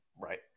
Right